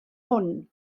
hwn